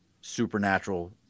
supernatural